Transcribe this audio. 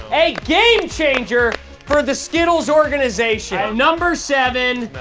a game changer for the skittles organization. number seven.